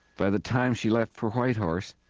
by the time she left for whitehorse,